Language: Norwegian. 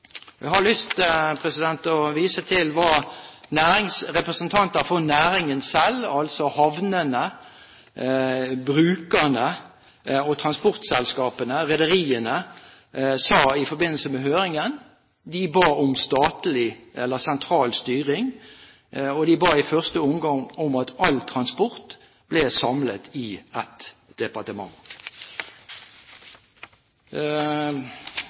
Jeg har lyst til å vise til hva representanter for næringen selv – altså havnene, brukerne, transportselskapene og rederiene – sa i forbindelse med høringen. De ba om statlig – eller sentral – styring, og de ba i først omgang om at all transport ble samlet i ett departement.